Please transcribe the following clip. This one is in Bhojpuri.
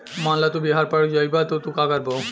मान ल तू बिहार पड़ जइबू त का करबू